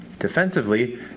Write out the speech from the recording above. Defensively